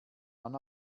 man